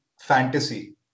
fantasy